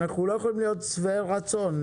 אנחנו לא יכולים להיות שבעי רצון.